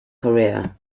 korea